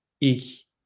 ich